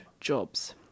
jobs